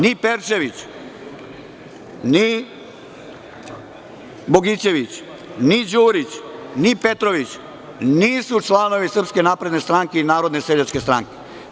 Ni Perčević, ni Bogićević, ni Đurić, ni Petrović nisu članoviSrpske napredne stranke i Narodne seljačke stranke.